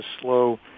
slow